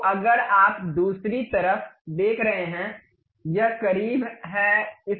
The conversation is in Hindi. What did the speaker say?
तो अगर आप दूसरी तरफ देख रहे हैं यह करीब है इसके अंदर एक खोखलापन है